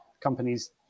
companies